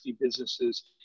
businesses